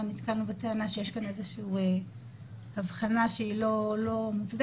נתקלנו בטענה שיש כאן איזה שהיא הבחנה שהיא לא מוצדקת,